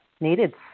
needed